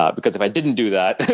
ah because if i didn't do that,